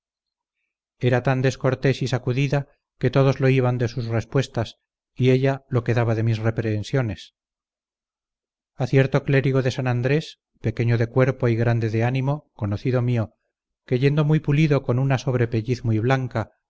era tan descortés y sacudida que todos lo iban de sus respuestas y ella lo quedaba de mis reprehensiones a cierto clérigo de san andrés pequeño de cuerpo y grande de ánimo conocido mio que yendo muy pulido con una sobrepelliz muy blanca